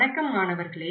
வணக்கம் மாணவர்களே